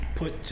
put